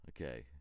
Okay